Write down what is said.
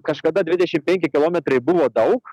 kažkada dvidešimt penki kilometrai buvo daug